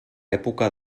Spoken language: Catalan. època